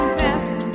best